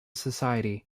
society